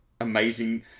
amazing